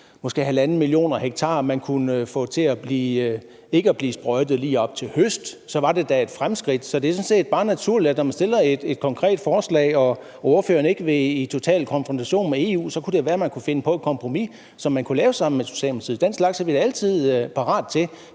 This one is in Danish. sådan 1½ mio. ha, som man kunne få til ikke at blive sprøjtet lige op til høst, så var det et fremskridt. Det er sådan set bare naturligt, at når vi fremsætter et konkret forslag, og når ordføreren ikke vil i total konfrontation med EU, så kunne det være, at vi kunne finde på et kompromis, som vi kunne lave sammen med Socialdemokratiet. Den slags er vi da altså parate til,